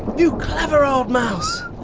you clever old mouse!